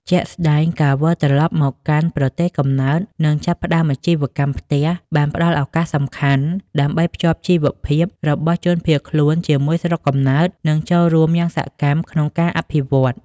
ជាក់ស្តែង ការវិលត្រឡប់មកកាន់ប្រទេសកំណើត និងចាប់ផ្តើមអាជីវកម្មផ្ទះបានផ្ដល់ឱកាសសំខាន់ ដើម្បីភ្ជាប់ជីវភាពរបស់ជនភៀសខ្លួនជាមួយស្រុក កំណើត និងចូលរួមយ៉ាងសកម្មក្នុងការអភិវឌ្ឍ។